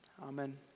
Amen